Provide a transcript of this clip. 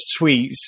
tweets